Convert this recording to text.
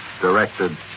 directed